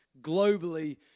globally